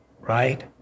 right